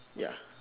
ya